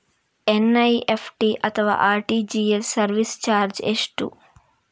NEFT ಅಥವಾ RTGS service charge ಎಷ್ಟು?